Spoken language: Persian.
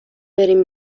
بریم